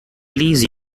please